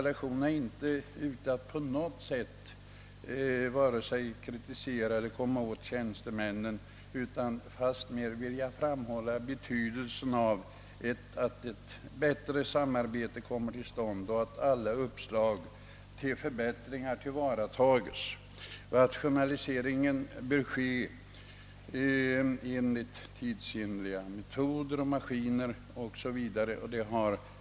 Jag är inte på något sätt ute för att kritisera tjänstemännen; fastmer vill jag genom min interpellation framhålla betydelsen av att ett bättre samarbete kommer till stånd och att alla uppslag till förbättringar tillvaratages. Rationalisering bör ske genom användning av tidsenliga metoder och maskiner.